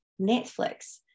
Netflix